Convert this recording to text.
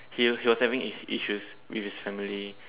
he was he was having is issues with his family